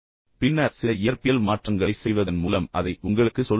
பின்னர் சில இயற்பியல் மாற்றங்களைச் செய்வதன் மூலம் அதை உங்களுக்குச் சொல்வதன் மூலம்